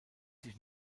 sich